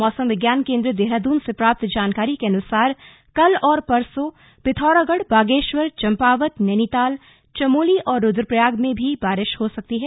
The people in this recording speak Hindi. मौसम विज्ञान केंद्र देहरादून से प्राप्त जानकारी के ॅअनुसार कल और परसों पिथौरागढ़ बागेश्वर चम्पावत नैनीताल चमोली और रुद्रप्रयाग में भी बारिश हो सकती है